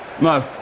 no